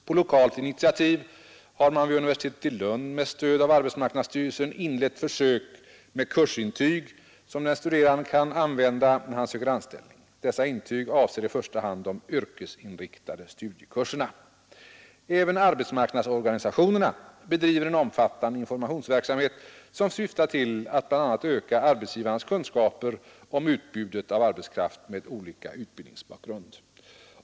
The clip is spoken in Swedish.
På lokalt initiativ har man vid universitetet i Lund med stöd av arbetsmarknadsstyrelsen inlett försök med kursintyg, som den studerande kan använda när han söker anställning. Dessa intyg avser i första hand de yrkesinriktade studiekurserna. Även arbetsmarknadsorganisationerna bedriver en omfattande informationsverksamhet, som syftar till att bla. öka arbetsgivarnas kunskaper om utbudet av arbetskraft med olika utbildningsbakgrund.